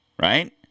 right